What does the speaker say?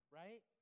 right